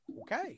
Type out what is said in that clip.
Okay